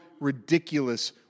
ridiculous